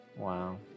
Wow